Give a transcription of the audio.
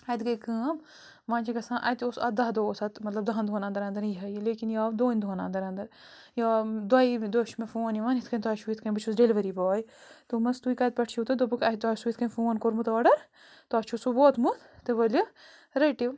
اَتہِ گٔے کٲم وۄنۍ چھِ گژھان اَتہِ اوس اَتھ داہ دۄہ اوس اَتھ مطلب دَہَن دۄہَن انٛدر اںٛدر یی ہہ یہِ لیکِن یہِ آو دوٚنۍ دۄہَن انٛدَر انٛدَر یہِ آو دۄیی دوٚہہِ چھِ مےٚ فون یِوان یِتھ کَنۍ تۄہہِ چھُو یِتھ کَنۍ بہٕ چھُس ڈِلؤری باے دوٚپمَس تُہۍ کَتہِ پٮ۪ٹھ چھُو تہٕ دوٚپُکھ تۄہہِ اوسُو یِتھ کَنۍ فون کوٚرمُت آرڈَر تۄہہِ چھُو سُہ ووتمُت تہٕ ؤلِو رٔٹِو